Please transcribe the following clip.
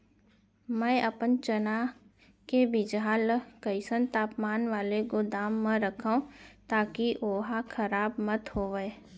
मैं अपन चना के बीजहा ल कइसन तापमान वाले गोदाम म रखव ताकि ओहा खराब मत होवय?